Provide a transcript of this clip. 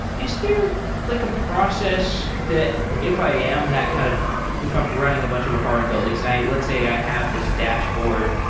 is there like a process that if i am that kind of if i'm running a bunch of apartment buildings and let's say i have this dashboard,